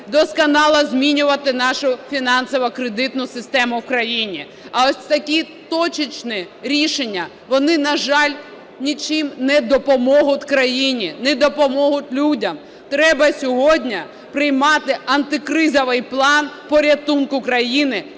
досконало змінювати нашу фінансово-кредитну систему в країні. А ось такі точечні рішення, вони, на жаль, нічим не допоможуть країні, не допоможуть людям. Треба сьогодні приймати антикризовий план порятунку країни